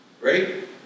right